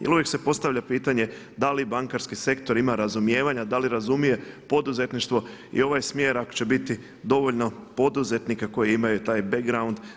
Jer uvijek se postavlja pitanje da li bankarski sektor ima razumijevanja, da li razumije poduzetništvo i ovaj smjer ako će biti dovoljno poduzetnika koji imaju taj background.